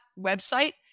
website